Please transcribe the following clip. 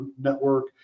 network